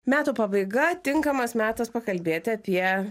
metų pabaiga tinkamas metas pakalbėti apie